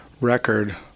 record